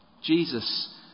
Jesus